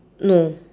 no